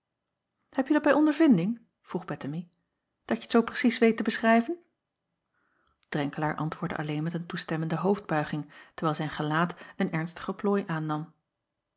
dat bij ondervinding vroeg ettemie dat je t zoo precies weet te beschrijven renkelaer antwoordde alleen met een toestemmende hoofdbuiging terwijl zijn gelaat een ernstigen plooi aannam